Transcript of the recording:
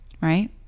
right